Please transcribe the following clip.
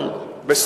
אבל,